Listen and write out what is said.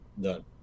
done